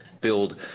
build